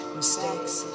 mistakes